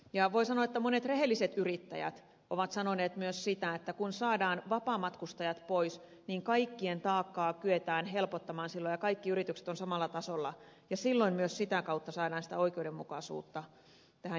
ja voi sanoa että monet rehelliset yrittäjät ovat sanoneet myös sitä että kun saadaan vapaamatkustajat pois niin kaikkien taakkaa kyetään helpottamaan silloin ja kaikki yritykset ovat samalla tasolla ja silloin myös sitä kautta saadaan sitä oikeudenmukaisuutta tähän järjestelmään